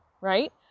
right